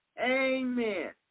Amen